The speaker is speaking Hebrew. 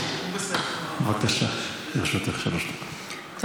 בבקשה, לרשותך שלוש דקות.